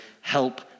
help